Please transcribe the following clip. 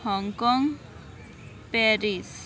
Hong Kong Paris